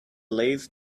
lathe